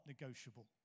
negotiable